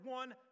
one